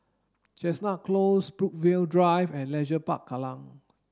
Chestnut Close Brookvale Drive and Leisure Park Kallang